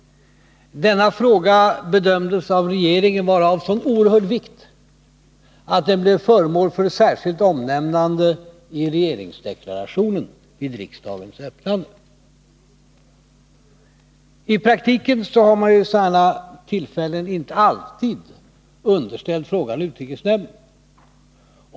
Denna fråga bedömdes av regeringen vara av så oerhört stor vikt att den blev föremål för särskilt omnämnande i regeringsdeklarationen vid riksdagens öppnande. I praktiken har man vid sådana här tillfällen inte alltid underställt utrikesnämnden frågan.